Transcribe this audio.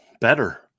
better